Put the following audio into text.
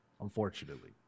unfortunately